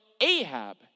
Ahab